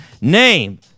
Name